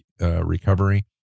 recovery